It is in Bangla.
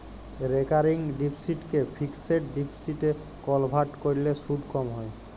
রেকারিং ডিপসিটকে ফিকসেড ডিপসিটে কলভার্ট ক্যরলে সুদ ক্যম হ্যয়